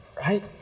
Right